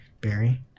Barry